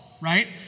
right